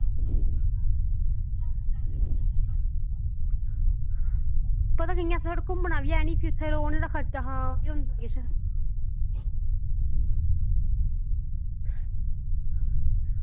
पता घुम्मना बी ऐ निं इत्थें रौह्नें दा खर्चा बस